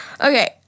Okay